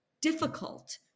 difficult